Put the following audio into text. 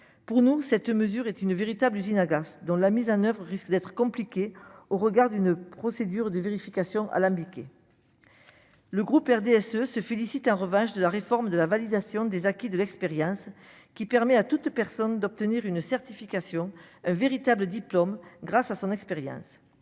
pour nous, cette mesure est une véritable usine agace dans la mise en oeuvre risque d'être compliqué au regard d'une procédure de vérification alambiquée, le groupe RDSE se félicite en revanche de la réforme de la validation des acquis de l'expérience qui permet à toute personne d'obtenir une certification véritable diplôme grâce à son expérience,